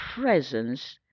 presence